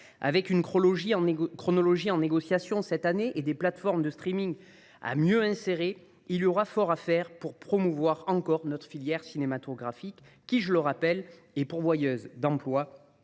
Avec une chronologie en négociation cette année et des plateformes de à mieux insérer, il y aura fort à faire pour promouvoir encore notre filière cinématographique, pourvoyeuse d’emplois